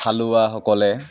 হালোৱাসকলে